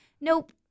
Nope